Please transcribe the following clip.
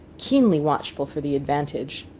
keenly watchful for the advantage,